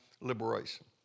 liberation